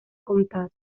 comptat